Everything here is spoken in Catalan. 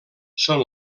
són